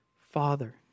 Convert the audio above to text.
Father